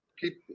keep